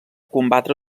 combatre